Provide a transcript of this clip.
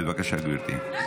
בבקשה, גברתי.